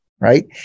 right